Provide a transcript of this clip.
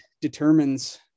determines